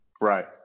Right